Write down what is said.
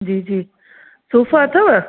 जी जी सूफ़ अथव